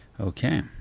Okay